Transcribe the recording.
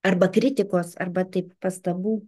arba kritikos arba taip pastabų